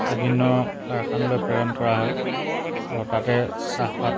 বিভিন্ন কাৰখানালৈ প্ৰেৰণ কৰা হয় আৰু তাতে চাহপাত